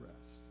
rest